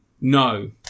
no